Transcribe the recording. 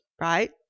right